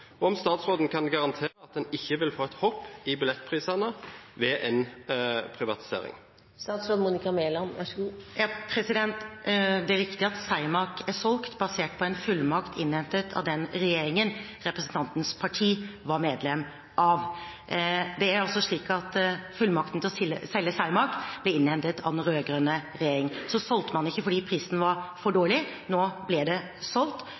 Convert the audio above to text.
og om statsråden kan garantere at en ikke vil få et hopp i billettprisene ved en privatisering. Det er riktig at Cermaq er solgt, basert på en fullmakt innhentet av den regjeringen representantens parti var medlem av. Det er også slik at fullmakten til å selge Cermaq ble innhentet av den rød-grønne regjeringen. Så solgte man ikke, fordi prisen var for dårlig. Nå blir det solgt,